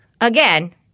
again